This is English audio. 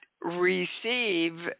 receive